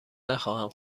نخواهم